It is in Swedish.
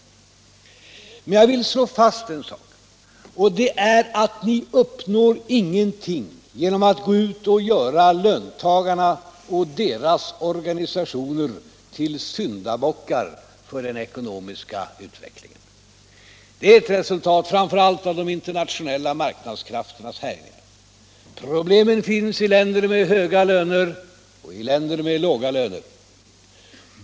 Jag vill slå fast en sak, och det är att ni uppnår ingenting genom att göra löntagarna och deras organisationer till syndabockar för den ekonomiska utvecklingen. Den är ett resultat framför allt av de internationella marknadskrafternas härjningar. Problemen finns i länder med höga löner och i länder med låga löner.